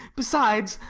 besides,